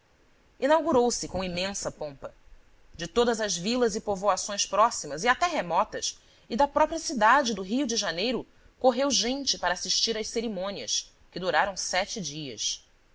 itaguaí inaugurou se com imensa pompa de todas as vilas e povoações próximas e até remotas e da própria cidade do rio de janeiro correu gente para assistir às cerimônias que duraram sete dias